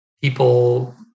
people